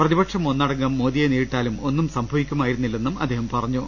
പ്രതിപക്ഷം ഒന്നടങ്കം മോദിയെ നേരിട്ടാലും ഒന്നും സംഭ വിക്കുമായിരുന്നില്ലെന്നും അദ്ദേഹം പുറഞ്ഞു